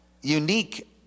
unique